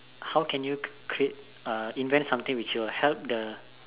how can you cr~ create uh invent something which will help the